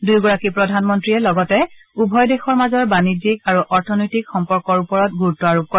দুয়োগৰাকী প্ৰধানমন্ত্ৰীয়ে লগতে উভয় দেশৰ মাজৰ বাণিজ্যিক আৰু অৰ্থনৈতিক সম্পৰ্কৰ ওপৰত গুৰুত্ব আৰোপ কৰে